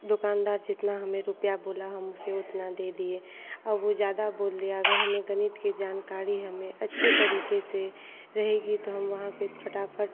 दुकानदार जितना हमें रुपया बोला हम उसे उतना दे दिए अब वह ज़्यादा बोल दिया अगर हमें गणित की जानकारी हमें अच्छे तरीके से रहेगी तो हम वहाँ पर फटाफट